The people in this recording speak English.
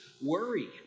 worry